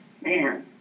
man